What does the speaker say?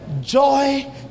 Joy